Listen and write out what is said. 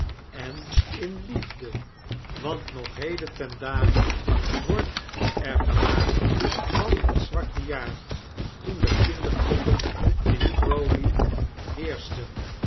en in liefde want nog heden ten dage wordt er gewaagd van het zwarte iaar toen de kinderpokken in crowley heerschten